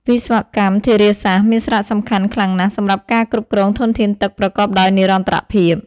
រីឯវិស្វកម្មធារាសាស្ត្រ មានសារៈសំខាន់ខ្លាំងណាស់សម្រាប់ការគ្រប់គ្រងធនធានទឹកប្រកបដោយនិរន្តរភាព។